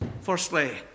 Firstly